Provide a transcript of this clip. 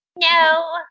No